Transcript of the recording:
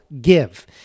give